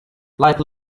like